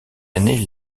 aînée